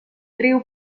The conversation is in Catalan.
riu